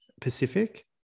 Pacific